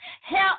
Help